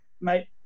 Mate